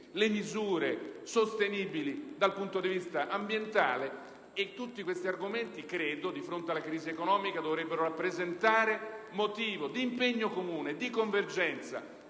le misure sostenibili dal punto di vista ambientale. Tutti questi argomenti, di fronte alla crisi economica, dovrebbero rappresentare motivo di impegno comune e di convergenza